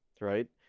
right